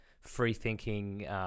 free-thinking